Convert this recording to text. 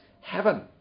heaven